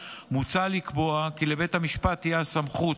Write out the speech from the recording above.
מוצע לקבוע כי לבית המשפט תהיה הסמכות